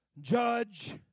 judge